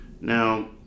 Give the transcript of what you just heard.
Now